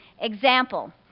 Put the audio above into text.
example